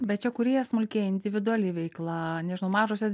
bet čia kurie smulkieji individuali veikla nežinau mažosios